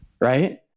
Right